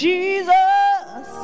Jesus